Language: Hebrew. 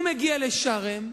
הוא מגיע לשארם,